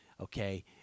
Okay